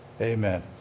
Amen